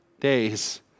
days